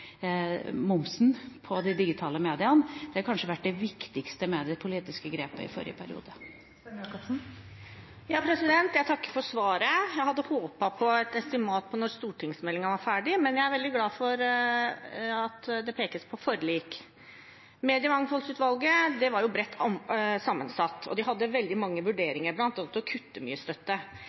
de digitale mediene. Det var kanskje det viktigste mediepolitiske grepet i forrige periode. Jeg takker for svaret. Jeg hadde håpet på et estimat på når stortingsmeldingen er ferdig, men jeg er veldig glad for at det pekes på forlik. Mediemangfoldsutvalget var bredt sammensatt og hadde veldig mange vurderinger, bl.a. det å kutte mye støtte.